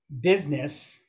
business